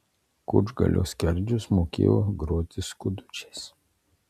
kučgalio skerdžius mokėjo groti skudučiais